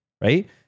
right